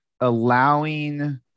allowing